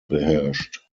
beherrscht